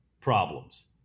problems